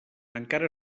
encara